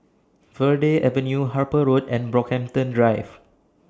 Verde Avenue Harper Road and Brockhampton Drive